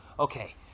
Okay